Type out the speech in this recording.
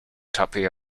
tuppy